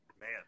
Man